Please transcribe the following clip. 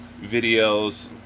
videos